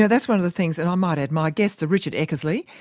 that's one of the things and i might add my guests are richard eckersley,